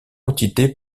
entité